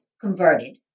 converted